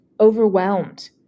overwhelmed